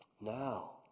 Now